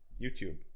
YouTube